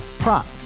Prop